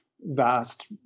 vast